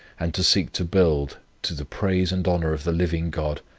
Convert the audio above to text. and to seek to build, to the praise and honour of the living god,